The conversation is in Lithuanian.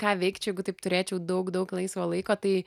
ką veikčiau jeigu taip turėčiau daug daug laisvo laiko tai